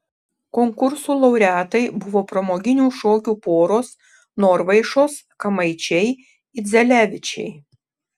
konkursų laureatai buvo pramoginių šokių poros norvaišos kamaičiai idzelevičiai